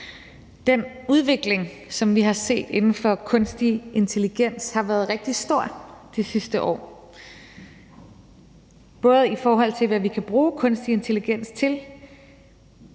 Den udvikling, som vi har set inden for kunstig intelligens, har været rigtig stor det sidste år. Det er, i forhold til hvad vi kan bruge kunstig intelligens til,